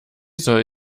soll